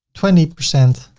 twenty percent